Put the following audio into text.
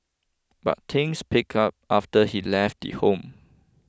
but things picked up after he left the home